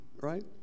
right